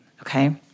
okay